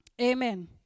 Amen